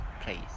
Please